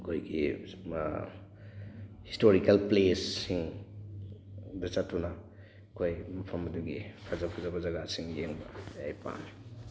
ꯑꯩꯈꯣꯏꯒꯤ ꯍꯤꯁꯇꯣꯔꯤꯀꯦꯜ ꯄ꯭ꯂꯦꯁꯁꯤꯡ ꯗ ꯆꯠꯇꯨꯅ ꯑꯩꯈꯣꯏ ꯃꯐꯝ ꯑꯗꯨꯒꯤ ꯐꯖ ꯐꯖꯕ ꯖꯒꯥꯁꯤꯡ ꯌꯦꯡꯕ ꯑꯩ ꯄꯥꯝꯃꯤ